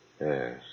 Yes